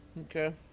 Okay